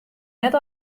net